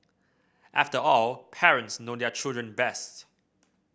after all parents know their children best